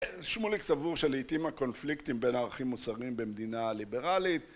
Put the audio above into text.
שמוליק סבור שלעיתים הקונפליקטים בין ערכים מוסריים במדינה ליברלית